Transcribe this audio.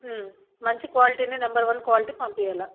మంచి క్వాలిటీనే number one quality పంపియ్యాలా